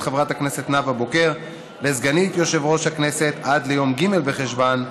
חברת הכנסת נאוה בוקר לסגנית יושב-ראש הכנסת עד ליום ג' בחשוון התש"פ,